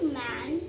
man